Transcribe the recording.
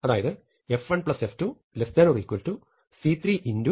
അതായത് f1 f2 c32